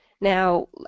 Now